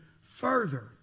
further